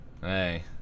Hey